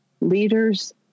Leaders